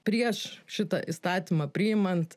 prieš šitą įstatymą priimant